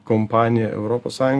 kompanija europos sąjun